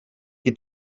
qui